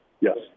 Yes